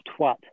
twat